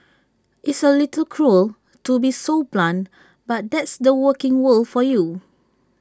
it's A little cruel to be so blunt but that's the working world for you